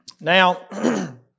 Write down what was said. Now